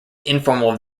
informal